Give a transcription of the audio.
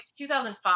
2005